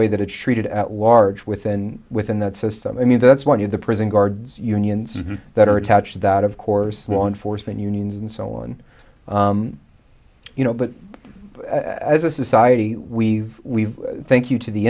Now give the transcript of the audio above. way that it shredded at large within within that system i mean that's one of the prison guards unions that are attached that of course law enforcement unions and so on you know but as a society we've we've thank you to the